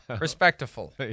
respectful